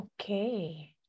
Okay